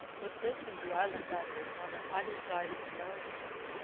with this and the island battery, one on either side of the narrow entrance,